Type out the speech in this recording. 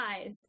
eyes